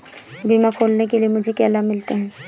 बीमा खोलने के लिए मुझे क्या लाभ मिलते हैं?